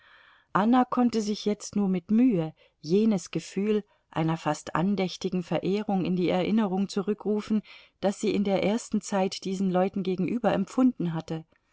anna konnte sich jetzt nur mit mühe jenes gefühl einer fast andächtigen verehrung in die erinnerung zurückrufen das sie in der ersten zeit diesen leuten gegenüber empfunden hatte